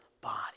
body